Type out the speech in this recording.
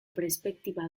perspektiba